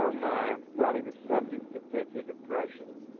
ah my! well, he was subject of fits and depression.